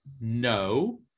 No